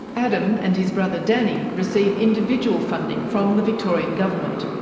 adam and his brother danny receive individual funding from the victorian government.